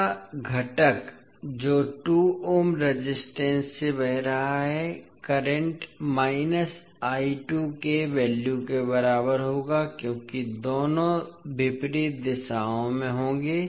का घटक जो 2 ओम रेजिस्टेंस से बह रहा है करंट के वैल्यू के बराबर होगा क्योंकि दोनों विपरीत दिशाओं में होंगे